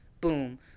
boom